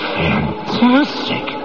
fantastic